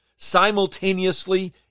Simultaneously